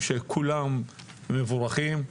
שכולם מבורכים,